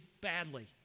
badly